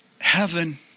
heaven